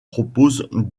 proposent